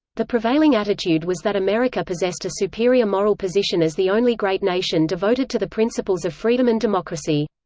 the prevailing attitude was that america possessed a superior moral position as the only great nation devoted to the principles of freedom and democracy.